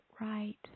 right